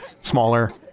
smaller